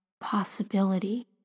possibility